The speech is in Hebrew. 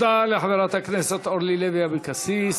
תודה לחברת הכנסת אורלי לוי אבקסיס.